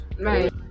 right